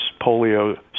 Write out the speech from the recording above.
polio